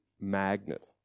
magnet